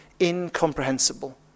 incomprehensible